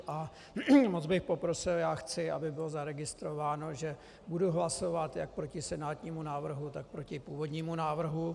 A moc bych poprosil chci, aby bylo zaregistrováno, že budu hlasovat jak proti senátnímu návrhu, tak proti původnímu návrhu.